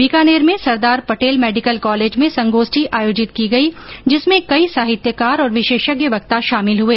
बीकानेर में Sardar Patel medical college में संगोष्ठी आयोजित की गई जिसमें कई साहित्यकार और विशेषज्ञ वक्ता शामिल हुए